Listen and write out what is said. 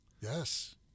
Yes